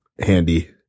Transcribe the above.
handy